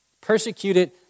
Persecuted